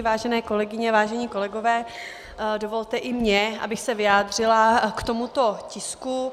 Vážené kolegyně, vážení kolegové, dovolte i mně, abych se vyjádřila k tomuto tisku.